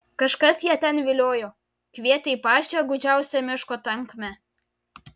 kažkas ją ten viliojo kvietė į pačią gūdžiausią miško tankmę